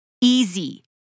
easy